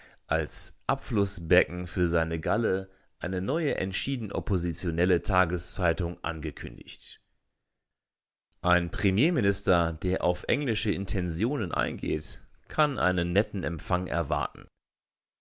als abflußbecken für seine galle eine neue entschieden oppositionelle tageszeitung angekündigt ein premierminister der auf englische intensionen eingeht kann einen netten empfang erwarten